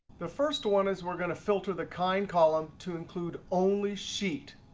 the first one is we're going to filter the kind column to include only sheet.